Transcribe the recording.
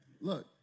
Look